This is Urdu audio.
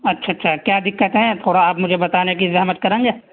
اچھا اچھا کیا دقت ہے تھورا آپ مجھے بتانے کی زحمت کریں گے